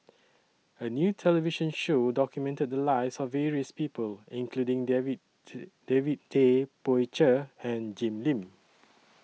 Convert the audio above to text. A New television Show documented The Lives of various People including David David Tay Poey Cher and Jim Lim